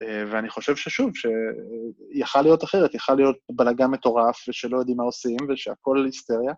ואני חושב ששוב, שיכל להיות אחרת, יכל להיות בלגאן מטורף ושלא יודעים מה עושים ושהכול היסטריה.